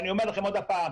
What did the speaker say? אני אומר לכם עוד פעם,